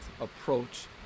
approach